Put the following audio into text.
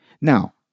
Now